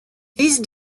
these